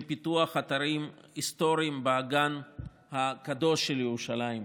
לפיתוח אתרים היסטוריים באגן הקדוש של ירושלים,